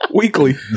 weekly